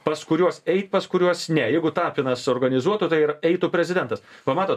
pas kuriuos eit pas kuriuos ne jeigu tapinas suorganizuotų tai ir eitų prezidentas va matot